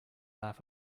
laugh